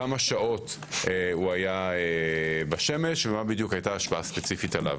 כמה שעות היה בשמש ומה הייתה ההשפעה הספציפית עליו.